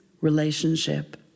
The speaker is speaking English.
relationship